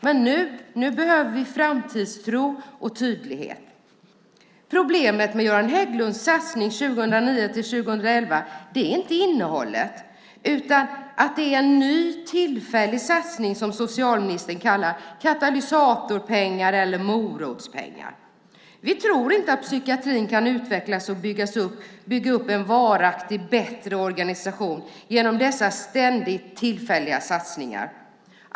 Men nu behöver vi framtidstro och tydlighet. Problemet med Göran Hägglunds satsning 2009-2011 är inte innehållet utan att det är en ny tillfällig satsning som socialministern kallar katalysatorpengar eller morotspengar. Vi tror inte att psykiatrin kan utvecklas och bygga upp en varaktig, bättre organisation genom dessa ständigt tillfälliga satsningar.